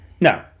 No